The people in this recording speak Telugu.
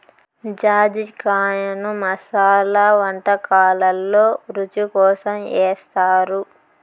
జాజికాయను మసాలా వంటకాలల్లో రుచి కోసం ఏస్తారు